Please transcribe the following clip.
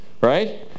Right